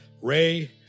Ray